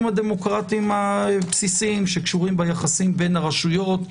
הדמוקרטיים הבסיסיים שקשורים ביחסים בין הרשויות,